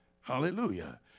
Hallelujah